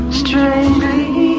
strangely